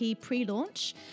pre-launch